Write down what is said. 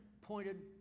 pointed